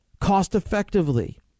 cost-effectively